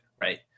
right